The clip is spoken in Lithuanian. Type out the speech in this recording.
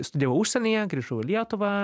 studijavau užsienyje grįžau į lietuvą